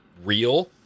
real